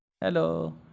Hello